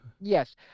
Yes